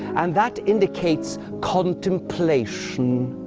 and that indicates contemplation.